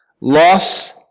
loss